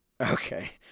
Okay